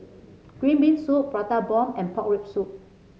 Green Bean Soup Prata Bomb and Pork Rib Soup